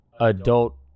adult